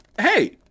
Hey